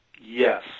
Yes